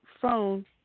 phone